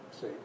See